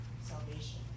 salvation